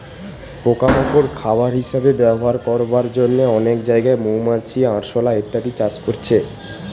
পোকা মাকড় খাবার হিসাবে ব্যবহার করবার জন্যে অনেক জাগায় মৌমাছি, আরশোলা ইত্যাদি চাষ করছে